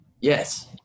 Yes